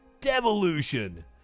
Devolution